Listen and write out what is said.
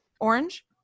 orange